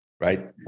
right